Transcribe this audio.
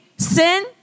sin